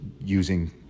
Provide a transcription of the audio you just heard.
using